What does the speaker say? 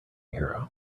hero